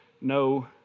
no